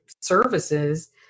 services